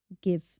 give